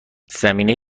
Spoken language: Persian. زمینه